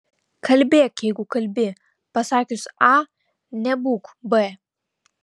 kalbėk jeigu kalbi pasakius a nebūk b